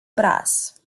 bras